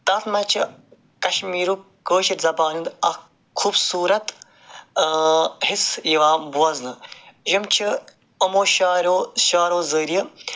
تَتھ منٛز چھِ کَشمیٖرُک کٲشٕر زبانہِ ہُنٛد اَکھ خوٗبصوٗرَت حصہٕ یِوان بوزنہٕ یِم چھِ یِمو شاعرَو شعرو ذریعہ